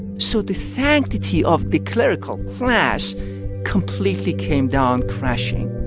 so the sanctity of the clerical class completely came down crashing